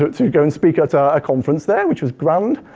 to go and speak at a conference there, which was grand.